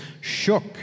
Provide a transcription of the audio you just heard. shook